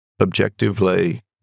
objectively